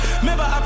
Remember